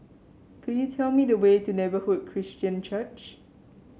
could you tell me the way to Neighbourhood Christian Church